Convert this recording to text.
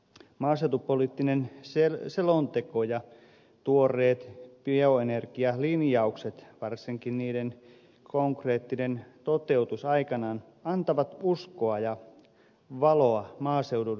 maaseutupoliittinen selonteko ja tuoreet bioenergialinjaukset varsinkin niiden konkreettinen toteutus aikanaan antavat uskoa ja valoa maaseudun